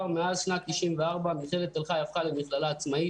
מאז שנת 94 מכללת תל חי הפכה למכללה עצמאית,